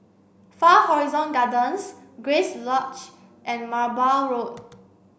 Far Horizon Gardens Grace Lodge and Merbau Road